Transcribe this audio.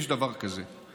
יש דבר כזה,